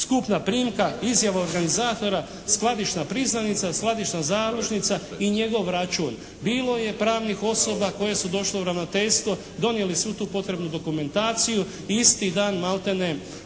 skupna primka, izjava organizatora, skladišna priznanica, skladišna založnica i njegov račun. Bilo je pravnih osoba koje su došle u Ravnateljstvo donijeli svu tu potrebnu dokumentaciju, isti dan malte ne